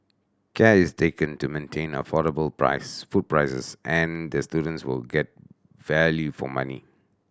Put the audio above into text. care is taken to maintain affordable prices food prices and the students will get value for money